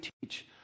teach